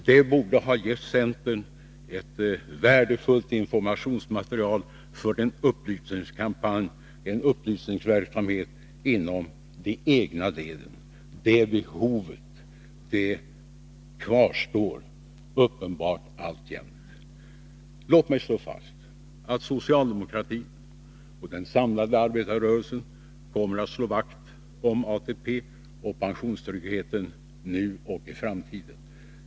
Det borde ha gett centern ett värdefullt informationsmaterial för en upplysningsverksamhet inom de egna leden. Det är uppenbart att det behovet alltjämt kvarstår. Låt mig slå fast att socialdemokratin och den samlade arbetarrörelsen kommer att slå vakt om ATP och pensionstryggheten nu och i framtiden.